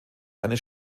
eines